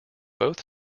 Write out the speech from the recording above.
both